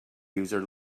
user